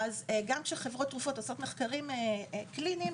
גם כשחברות תרופות עושות מחקרים קליניים,